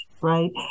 right